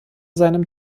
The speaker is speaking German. seinem